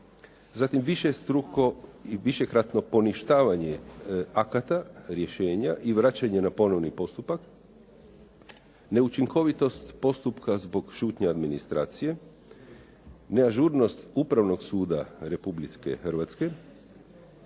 zatim višestruko i višekratno poništavanje akata, rješenja i vraćanje na ponovni postupak, neučinkovitost postupka zbog šutnje administracije, neažurnost Upravnog suda Republike Hrvatske,